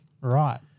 Right